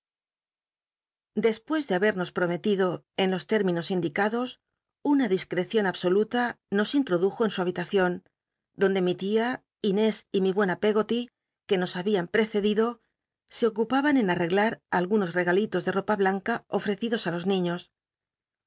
mes de habemos pronreliclo en los lél'minos indicados una discrecion absoluta nos inlrodujo en su habitacion donde mi tia inés y mi buena peggoty que nos habian precedido se ocupaban en arreglar algunos regalitos de opa blanca ofi'ccidos i los niiíos